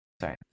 Sorry